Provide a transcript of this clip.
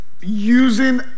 using